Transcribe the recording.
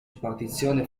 spartizione